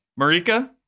Marika